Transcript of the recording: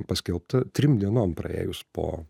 paskelbta trim dienom praėjus po